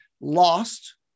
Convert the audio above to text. lost